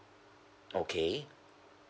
okay